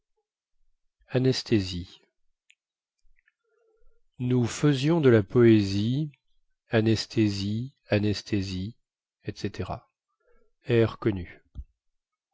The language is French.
anesthesie nous faisions de la poésie anesthésie anesthésie etc air connu